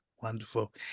Wonderful